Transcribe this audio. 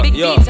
yo